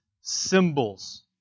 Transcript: symbols